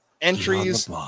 Entries